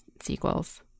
sequels